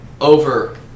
over